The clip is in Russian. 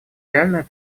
реальное